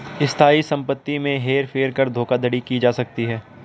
स्थायी संपत्ति में हेर फेर कर धोखाधड़ी की जा सकती है